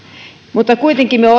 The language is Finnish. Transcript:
mutta kuitenkin minä